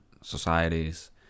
societies